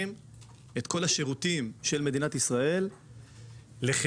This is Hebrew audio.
את כל השירותים של מדינת ישראל לחירום,